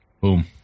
Boom